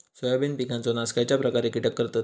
Soybean पिकांचो नाश खयच्या प्रकारचे कीटक करतत?